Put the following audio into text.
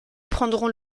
prendront